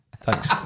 Thanks